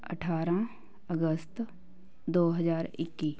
ਅਠਾਰਾਂ ਅਗਸਤ ਦੋ ਹਜ਼ਾਰ ਇੱਕੀ